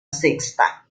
sexta